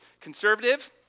conservative